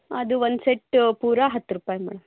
ಅದು ಒಂದು ಸೆಟ್ಟು ಪೂರ ಹತ್ತು ರೂಪಾಯಿ ಮೇಡಂ